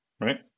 right